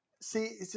See